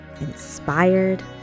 inspired